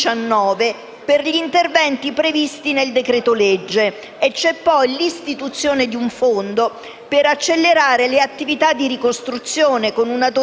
per gli interventi previsti nel decreto-legge. Vi è poi l'istituzione di un fondo per accelerare le attività di ricostruzione con una dotazione